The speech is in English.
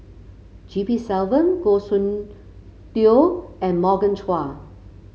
G P Selvam Goh Soon Tioe and Morgan Chua